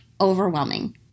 overwhelming